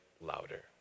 louder